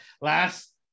last